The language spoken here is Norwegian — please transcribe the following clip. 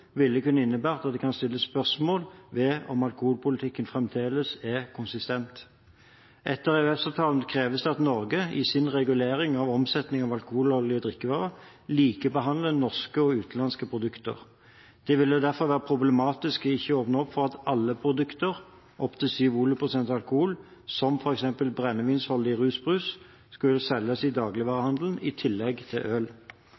kunne innebære at det kan stilles spørsmål ved om alkoholpolitikken fremdeles er konsistent. Etter EØS-avtalen kreves det at Norge, i sin regulering av omsetning av alkoholholdige drikkevarer, likebehandler norske og utenlandske produkter. Det ville derfor vært problematisk ikke å åpne opp for at alle produkter opp til 7 volumprosent alkohol, som f.eks. brennevinsholdig rusbrus, skulle selges i dagligvarehandelen, i tillegg til øl.